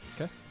Okay